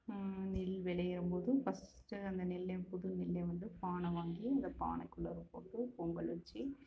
நெல் வெளையிற போதும் ஃபர்ஸ்ட்டு அந்த நெல்லை புது நெல்லை வந்து பானை வாங்கி அந்த பானைக்குள்ளாற போட்டு பொங்கல் வைச்சி